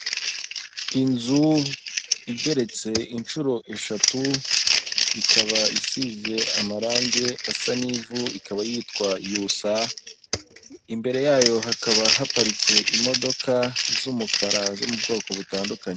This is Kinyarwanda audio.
Inzu igeretse inshuro eshatu ikaba isize amarangi asa n'ivu, ikaba yitwa yusa, imbere yayo hakaba haparitse imodoka z'umukara zo mu bwoko butandukanye.